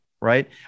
right